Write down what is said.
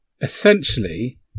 essentially